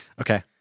Okay